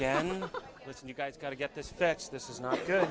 with you guys got to get this this is not good